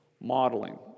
Modeling